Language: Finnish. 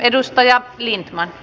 edustaja lindtman